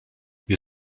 wir